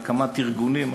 בהקמת ארגונים,